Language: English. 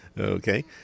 Okay